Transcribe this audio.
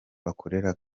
bakorera